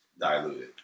diluted